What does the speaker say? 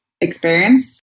experience